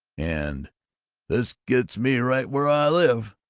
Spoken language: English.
and this gets me right where i live!